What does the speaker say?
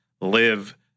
live